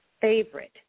favorite